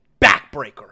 backbreaker